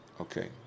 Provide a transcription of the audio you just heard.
Okay